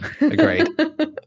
Agreed